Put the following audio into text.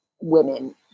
women